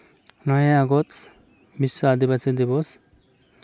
ᱱᱚᱭᱮᱭ August ᱵᱤᱥᱥᱚ ᱟᱹᱫᱤᱵᱟᱹᱥᱤ ᱫᱤᱵᱚᱥ